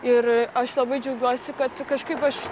ir aš labai džiaugiuosi kad kažkaip aš